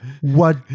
what-